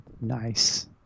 nice